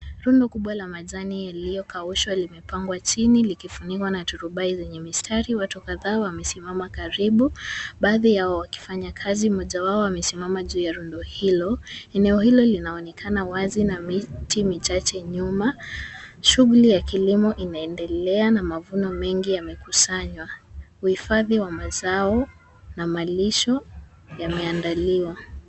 Rundo kubwa la majani lililokaushwa limepangwa chini likifunikwa na durubai zenye mistari watu kadhaa wamesimama karibu baadhi yao wakifanya kazi. Moja wao amesimama juu ya rundo hilo eneo hilo linaonekana wazi na miti michache nyuma. Shughuli ya kilimo inaendelea na mavuno mengi yamekusanywa huhifadhi wa mazao na malisho yameandaliwa.